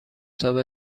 تاپ